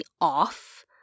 off